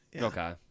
Okay